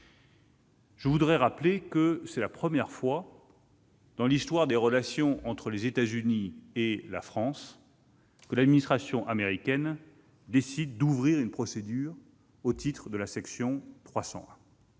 Je veux rappeler que c'est la première fois, dans l'histoire des relations entre les États-Unis et la France, que l'administration américaine décide d'engager une procédure au titre de la section 301.